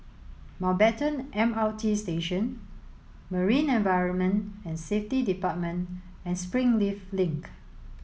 Mountbatten M R T Station Marine Environment and Safety Department and Springleaf Link